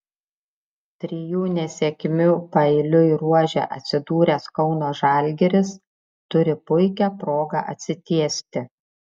trijų nesėkmių paeiliui ruože atsidūręs kauno žalgiris turi puikią progą atsitiesti